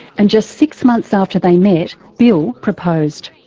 and just six months after they met, bill proposed.